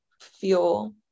feel